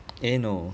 eh no